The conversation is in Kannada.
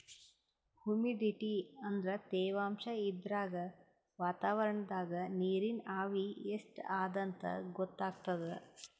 ಹುಮಿಡಿಟಿ ಅಂದ್ರ ತೆವಾಂಶ್ ಇದ್ರಾಗ್ ವಾತಾವರಣ್ದಾಗ್ ನೀರಿನ್ ಆವಿ ಎಷ್ಟ್ ಅದಾಂತ್ ಗೊತ್ತಾಗ್ತದ್